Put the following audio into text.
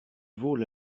vaut